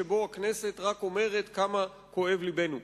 שבו הכנסת רק אומרת: כמה כואב לבנו.